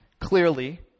Clearly